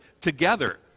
together